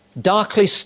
darkly